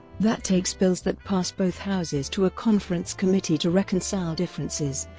that takes bills that pass both houses to a conference committee to reconcile differences,